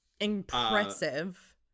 impressive